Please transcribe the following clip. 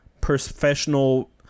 professional